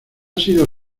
sido